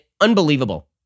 Unbelievable